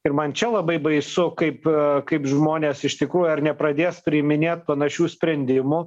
ir man čia labai baisu kaip kaip žmonės iš tikrųjų ar nepradės priiminėt panašių sprendimų